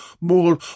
more